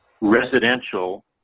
residential